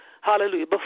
hallelujah